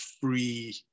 free